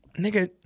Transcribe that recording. Nigga